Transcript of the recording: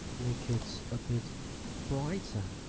make it a bit brighter